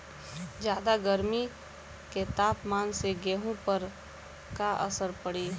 ज्यादा गर्मी के तापमान से गेहूँ पर का असर पड़ी?